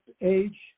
age